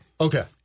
Okay